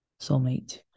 soulmate